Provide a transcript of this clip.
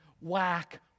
whack